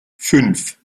fünf